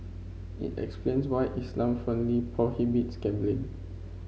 it explains why Islam firmly prohibits gambling